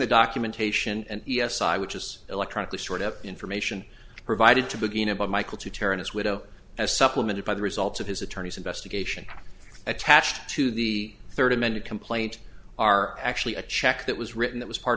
the documentation and e s i which is electronically sort of information provided to begin about michael to turn his widow as supplemented by the results of his attorney's investigation attached to the third amended complaint are actually a check that was written that was part